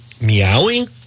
meowing